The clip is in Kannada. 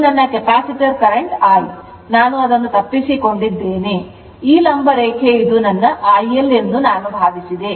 ಇದು ನನ್ನ ಕೆಪಾಸಿಟರ್ ಕರೆಂಟ್ I ನಾನು ಅದನ್ನು ತಪ್ಪಿಸಿಕೊಂಡಿದ್ದೇನೆ ಈ ಲಂಬ ರೇಖೆ ಇದು ನನ್ನ IL ಎಂದು ನಾನು ಭಾವಿಸಿದೆ